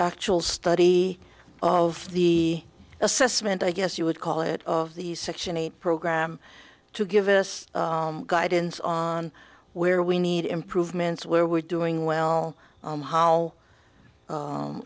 actual study of the assessment i guess you would call it of the section eight program to give us guidance on where we need improvements where we're doing well how